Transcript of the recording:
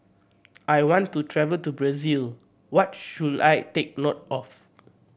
I want to travel to Brazil what should I take note of